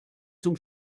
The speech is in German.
zum